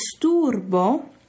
disturbo